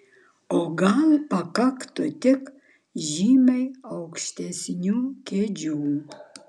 o gal pakaktų tik žymiai aukštesnių kėdžių